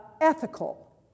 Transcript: ethical